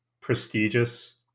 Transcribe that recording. prestigious